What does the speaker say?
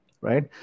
right